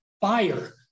fire